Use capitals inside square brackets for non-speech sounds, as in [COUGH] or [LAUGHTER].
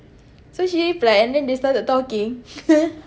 so she replied and then they started talking [LAUGHS]